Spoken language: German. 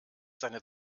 seine